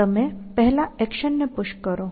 તમે પહેલા એક્શનને પુશ કરો